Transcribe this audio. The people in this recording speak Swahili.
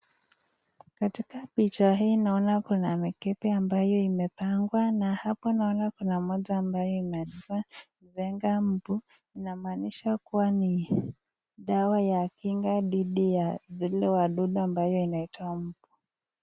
Katika picha hii naona kuna mikebe ambayo imepangwa na hapa naona kuna moja ambayo imeandikwa vengambu, inamaanisha kuwa ni dawa ya kinga dhidi ya zile wadudu ambayo inaitwa mbu.